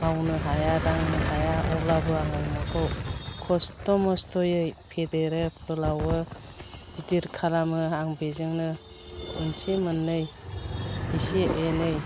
मावनो हाया दांनो हाया अब्लाबो आं अमाखौ खस्थ' मस्थयै फेदेरो फोलावो गिदिर खालामो आं बेजोंनो मोनसे मोननै एसे एनै